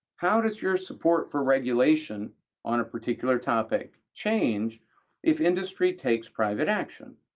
how does your support for regulation on a particular topic change if industry takes private action?